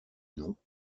non